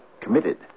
committed